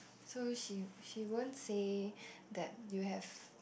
so she she won't say that you have